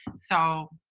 so